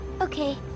Okay